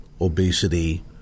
obesity